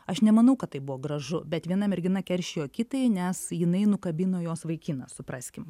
aš nemanau kad tai buvo gražu bet viena mergina keršijo kitai nes jinai nukabino jos vaikiną supraskim